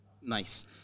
nice